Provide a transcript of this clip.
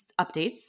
updates